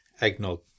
Eggnog